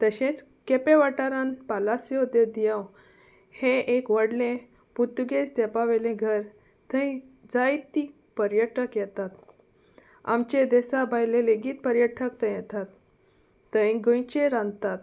तशेंच केपे वाठारान पालासोद्यो दियव हें एक व्हडलें पुर्तुगेज तेपावयलें घर थंय जायती पर्यटक येतात आमचे देसा भायले लेगीत पर्यटक थंय येतात थंय गोंयचेर रांदतात